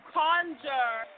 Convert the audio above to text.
conjure